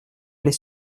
les